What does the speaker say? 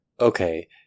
okay